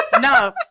No